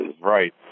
right